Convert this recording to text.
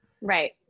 Right